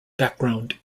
background